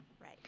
Right